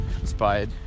inspired